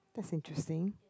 that's interesting